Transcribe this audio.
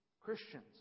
Christians